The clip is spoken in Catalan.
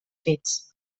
fets